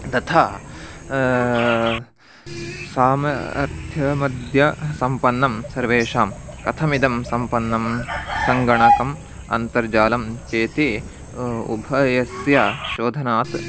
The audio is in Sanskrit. तथा सामर्थ्यम् अद्यसम्पन्नं सर्वेषां कथमिदं सम्पन्नं सङ्गणकम् अन्तर्जालं चेति उभयस्य शोधनात्